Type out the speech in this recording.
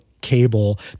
cable